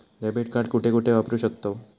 Debit card कुठे कुठे वापरू शकतव?